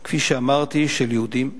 כפי שאמרתי, של יהודים,